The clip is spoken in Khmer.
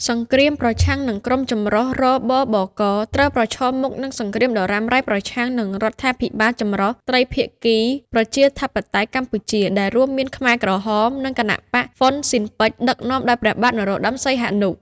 សង្គ្រាមប្រឆាំងនឹងក្រុមចម្រុះ: រ.ប.ប.ក. ត្រូវប្រឈមមុខនឹងសង្គ្រាមដ៏រ៉ាំរ៉ៃប្រឆាំងនឹង រដ្ឋាភិបាលចម្រុះត្រីភាគីប្រជាធិបតេយ្យកម្ពុជាដែលរួមមានខ្មែរក្រហម និងគណបក្សហ៊្វុនស៊ិនប៉ិច ដឹកនាំដោយព្រះបាទនរោត្តម សីហនុ ។